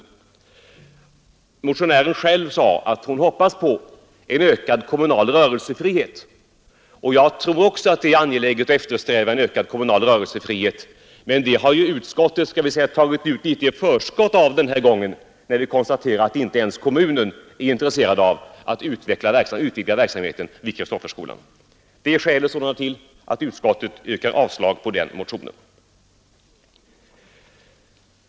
Motionärernas företrädare fru Lewén-Eliasson sade att hon hoppas på en ökad kommunal rörelsefrihet, och jag tror också att det är angeläget att eftersträva en sådan. Men det har ju utskottet låt mig säga tagit ut litet i förskott den här gången, när vi konstaterar att inte ens kommunen är intresserad av att utvidga verksamheten vid Kristofferskolan. Detta är sålunda skälet till att utskottet yrkar avslag på motionen.